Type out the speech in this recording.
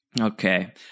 Okay